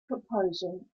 proposal